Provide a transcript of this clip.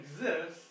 exists